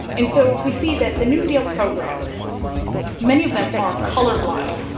and so we see that the new deal programs many of them are colorblind.